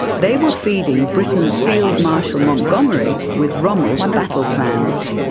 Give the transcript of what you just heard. they were feeding britain's field marshal montgomery with rommel's battle plans.